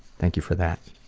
thank you for that.